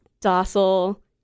docile